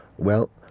well,